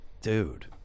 Dude